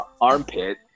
armpit